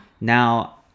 now